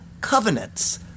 covenants